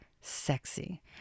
sexy